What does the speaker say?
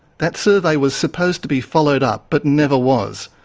that survey was supposed to be followed up, but never was.